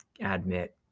admit